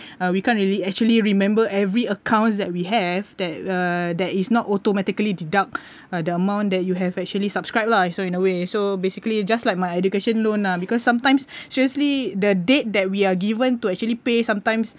uh we can't really actually remember every accounts that we have that uh that is not automatically deduct the amount that you have actually subscribe lah so in a way so basically just like my education loan lah because sometimes seriously the date that we are given to actually pay sometimes